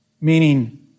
Meaning